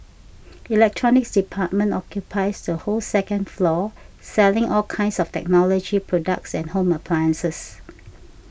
electronics department occupies the whole second floor selling all kinds of technology products and home appliances